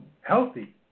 healthy